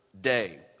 day